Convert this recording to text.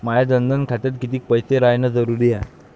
माया जनधन खात्यात कितीक पैसे रायन जरुरी हाय?